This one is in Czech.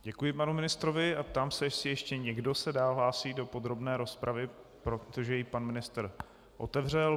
Děkuji panu ministrovi a ptám se, jestli ještě někdo se dál hlásí do podrobné rozpravy, protože ji pan ministr otevřel.